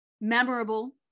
memorable